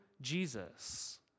Jesus